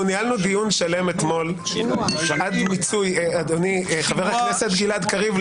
אנחנו ניהלנו דיון שלם אתמול -- שימוע -- חבר הכנסת גלעד קריב,